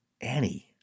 Annie